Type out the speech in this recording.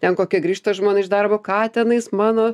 ten kokia grįžta žmona iš darbo ką tenais mano